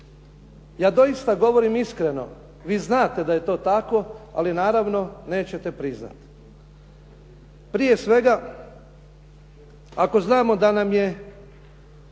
Ja doista govorim iskreno, vi znate da je to tako, ali naravno nećete priznati. Prije svega ako znamo da nam je